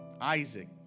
Isaac